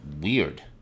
weird